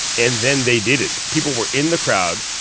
and then they didn't. people were in the crowd.